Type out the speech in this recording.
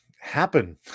happen